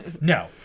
No